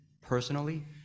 personally